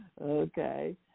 Okay